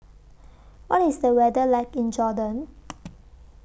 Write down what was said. What IS The weather like in Jordan